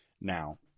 now